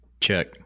Check